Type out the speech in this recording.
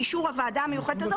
באישור הוועדה המיוחדת..",